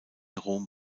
rom